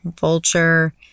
Vulture